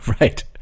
right